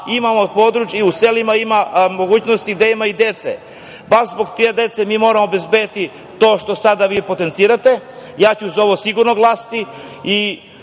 imamo područja u selima gde ima i dece. Baš zbog te dece mi moramo obezbediti to što sada vi potencirate. Ja ću za ovo sigurno glasati